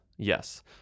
Yes